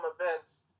events